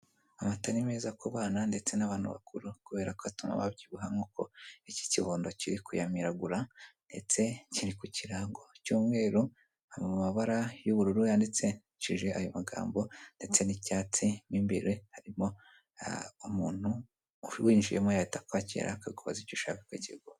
Amata ni meza kubana ndetse n'abantu bakuru kubera ko atuma babyibuha nk'uko iki kibondo kiri kuyamiragura ndetse kiri ku kirango cy'umweru, amabara y'ubururu yandikishijeje ayo magambo ndetse n'icyatsi n'imbere harimo umuntu winjiyemo yahita akwakira akakubaza icyo a ushaka akakigwa.